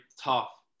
tough